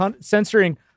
censoring